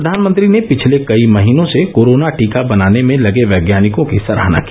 प्रधानमंत्री ने पिछले कई महीनों से कोरोना टीका बनाने में लगे वैज्ञानिकों की सराहना की